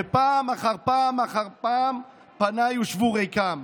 ופעם אחר פעם אחר פעם פניי הושבו ריקם.